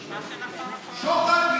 שוחד,